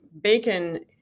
Bacon